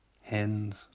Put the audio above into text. hens